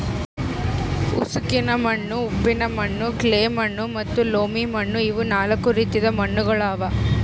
ಉಸುಕಿನ ಮಣ್ಣು, ಉಪ್ಪಿನ ಮಣ್ಣು, ಕ್ಲೇ ಮಣ್ಣು ಮತ್ತ ಲೋಮಿ ಮಣ್ಣು ಇವು ನಾಲ್ಕು ರೀತಿದು ಮಣ್ಣುಗೊಳ್ ಅವಾ